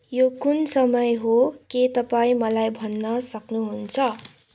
यो कुन समय हो के तपाईँ मलाई भन्न सक्नुहुन्छ